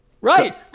right